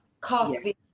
coffee